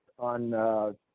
on